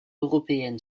européenne